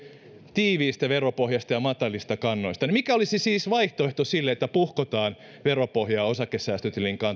tiiviistä veropohjista ja matalista kannoista niin mikä olisi siis vaihtoehto sille että puhkotaan veropohjaa osakesäästötilin